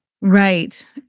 Right